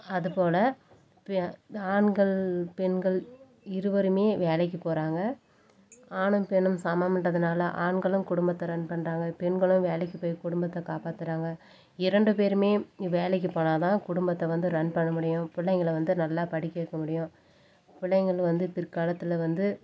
அதுப்போல் ஆண்கள் பெண்கள் இருவரும் வேலைக்கு போகிறாங்க ஆணும் பெண்ணும் சமம்ன்றதுனால ஆண்களும் குடும்பத்தை ரன் பண்ணுறாங்க பெண்களும் வேலைக்கு போய் குடும்பத்தை காப்பாத்துகிறாங்க இரண்டு பேரும் வேலைக்கு போனால்தான் குடும்பத்தை வந்து ரன் பண்ண முடியும் பிள்ளைங்கள வந்து நல்லா படிக்க வைக்க முடியும் பிள்ளைங்களும் வந்து பிற்காலத்தில் வந்து